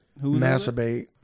masturbate